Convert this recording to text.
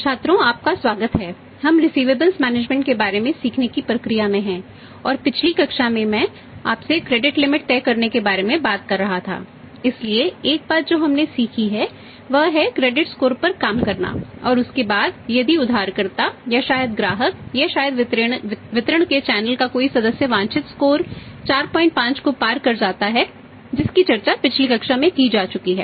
छात्रों आपका स्वागत है हम रिसिवेबलस मैनेजमेंट का कोई सदस्य वांछित स्कोर 45 को पार कर जाता है जिसकी चर्चा पिछली कक्षा में की जा चुकी है